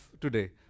today